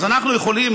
אז אנחנו יכולים,